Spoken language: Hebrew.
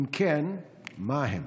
2. אם כן, מהם?